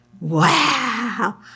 wow